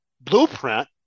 blueprint